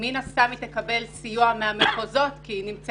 מן הסתם היא תקבל סיוע מהמחוזות כי היא נמצאת